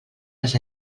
les